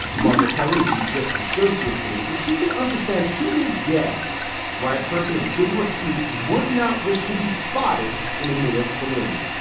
margaret kelly is the just associate producer. she can understand to this day why a person of good repute would not wish to be spotted in a newark saloon.